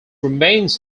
remains